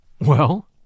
Well